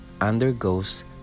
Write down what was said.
Undergoes